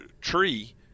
tree